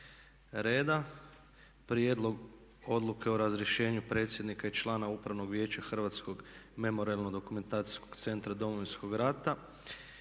Prijedlog odluke o razrješenju predsjednika člana Upravnog vijeća Hrvatskog memorijalno-dokumentacijskog centra Domovinskog rata